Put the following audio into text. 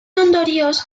ondorioz